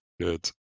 Good